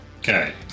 Okay